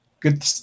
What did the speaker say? Good